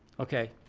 okay,